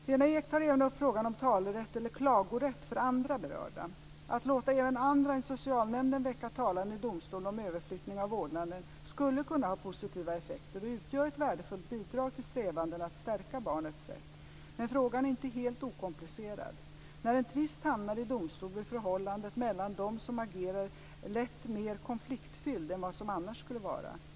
Lena Ek tar även upp frågan om talerätt eller klagorätt för andra berörda. Att låta även andra än socialnämnden väcka talan i domstol om överflyttning av vårdnaden skulle kunna ha positiva effekter och utgöra ett värdefullt bidrag till strävandena att stärka barnets rätt. Men frågan är inte helt okomplicerad. När en tvist hamnar i domstol blir förhållandet mellan dem som agerar lätt mer konfliktfyllt än vad det annars skulle vara.